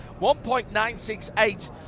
1.968